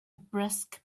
brisk